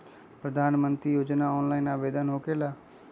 प्रधानमंत्री योजना ऑनलाइन आवेदन होकेला?